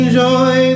Enjoy